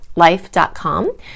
life.com